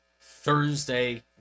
Thursday